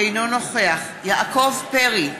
אינו נוכח יעקב פרי,